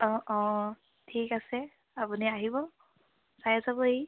অঁ অঁ ঠিক আছে আপুনি আহিব খাই যাবহি